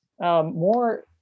more